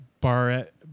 Barrett